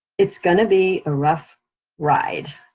it's gonna be a rough ride.